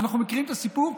אנחנו מכירים את הסיפור,